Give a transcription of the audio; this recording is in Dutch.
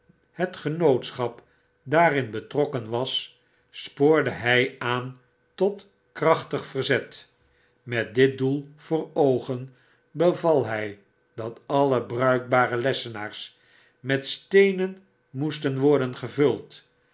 het genootschap daarin betrokken was spoorde hjj aan tot krachtig verzet met dit doel voor oogen beval hij dat alle bruikbare lessenaars met steenen moesten worden gievuld